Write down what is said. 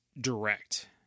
direct